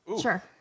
sure